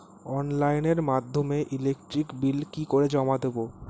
অনলাইনের মাধ্যমে electric bill কি করে জমা দেবো?